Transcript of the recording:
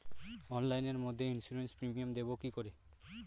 অনলাইনে মধ্যে insurance premium দেবো কি করে?